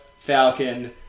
Falcon